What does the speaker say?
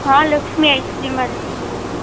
हाँ लक्ष्मी आइसक्रीम वाले से बोल रही हूँ